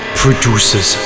produces